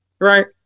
right